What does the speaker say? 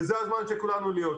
וזה הזמן של כולנו להיות שם.